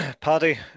Paddy